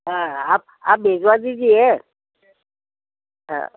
हाँ आप आप भिजवा दीजिए हाँ